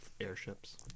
airships